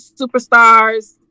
superstars